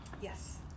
Yes